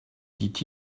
dit